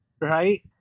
right